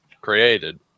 created